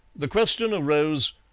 the question arose,